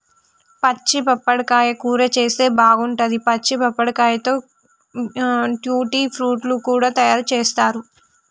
పచ్చి పప్పడకాయ కూర చేస్తే బాగుంటది, పచ్చి పప్పడకాయతో ట్యూటీ ఫ్రూటీ లు తయారు చేస్తారు